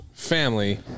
family